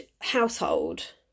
household